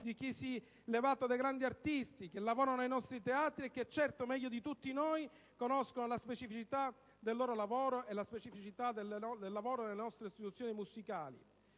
che si è levato dai grandi artisti che lavorano nei nostri teatri e che, certo, meglio di tutti noi conoscono la specificità del loro lavoro e la specificità del lavoro nelle nostre istituzioni musicali.